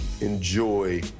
enjoy